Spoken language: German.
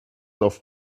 auf